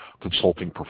consulting